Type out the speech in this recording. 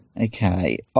Okay